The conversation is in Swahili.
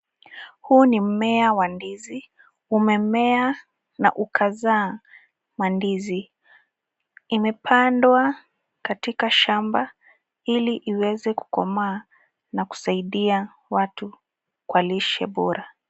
Huu ni mmea wa ndizi ,Umemea na ukazaa mandizi , imepandwa katika shamba ili iweze, kukomaa na kusaidia watu kwa lishe bora.